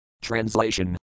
Translation